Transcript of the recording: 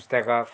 नुस्तेंकाक